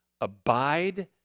abide